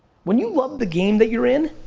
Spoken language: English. when you love the game that you're in,